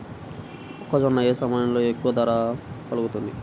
మొక్కజొన్న ఏ సమయంలో ఎక్కువ ధర పలుకుతుంది?